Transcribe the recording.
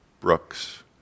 brooks